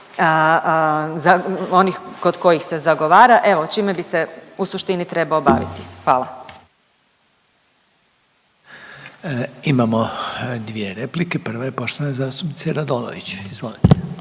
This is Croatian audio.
onih kod kojih se zagovora, evo čime bi se u suštini trebao baviti. Hvala. **Reiner, Željko (HDZ)** Imamo dvije replike, prva je poštovane zastupnice Radolović, izvolite.